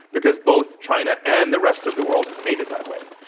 because both china and the rest of the world have made it that way.